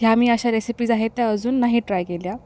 ह्या मी अशा रेसिपीज आहेत त्या अजून नाही ट्राय केल्या